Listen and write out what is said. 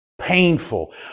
painful